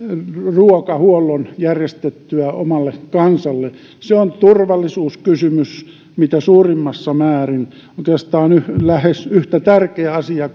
ruokahuollon järjestettyä omalle kansalle se on turvallisuuskysymys mitä suurimmassa määrin oikeastaan lähes yhtä tärkeä asia